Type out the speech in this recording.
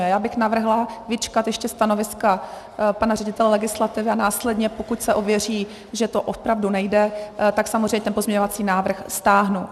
Já bych navrhla vyčkat ještě stanoviska pana ředitele legislativy a následně, pokud se ověří, že to opravdu nejde, tak samozřejmě ten pozměňovací návrh stáhnu.